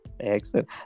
excellent